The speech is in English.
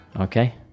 Okay